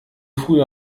früh